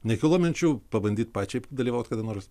nekilo minčių pabandyt pačiai padalyvaut kada nors